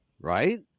right